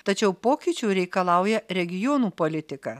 tačiau pokyčių reikalauja regionų politika